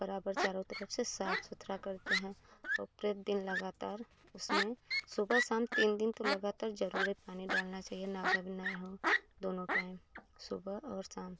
बराबर चारो तरफ से साफ सुथरा करते हैं प्रति दिन लगातार उसमें सुबह शाम तीन दिन तो लगातार जरुरे पानी डालना चाहिए नागा भी नहीं हो दोनों टाइम सुबह और शाम